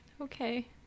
okay